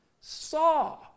saw